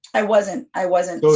i wasn't. i wasn't.